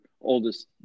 oldest